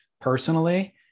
personally